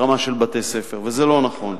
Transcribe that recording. ברמה של בתי-ספר, וזה לא נכון.